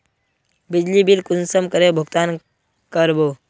बिजली बिल कुंसम करे भुगतान कर बो?